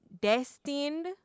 destined